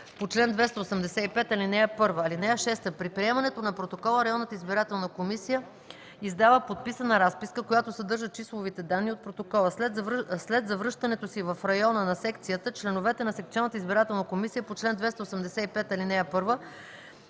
по чл. 285, ал. 1. (6) При приемане на протокола районната избирателна комисия издава подписана разписка, която съдържа числовите данни от протокола. След завръщането си в района на секцията членовете на секционната избирателна комисия по чл. 285, ал. 1